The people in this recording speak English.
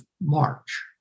march